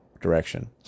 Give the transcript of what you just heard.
direction